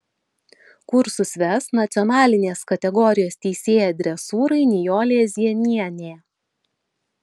kursus ves nacionalinės kategorijos teisėja dresūrai nijolė zienienė